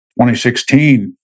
2016